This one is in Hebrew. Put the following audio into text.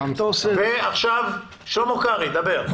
ועכשיו שלמה קרעי, דבר.